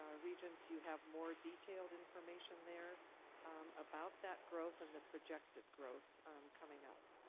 ah regents, you have more detailed information there about that growth and the projected growth coming up.